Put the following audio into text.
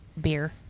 beer